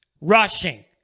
rushing